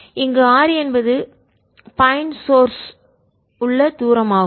இங்கு r என்பது point source புள்ளி மூலத்திலிருந்து உள்ள தூரமாகும்